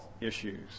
issues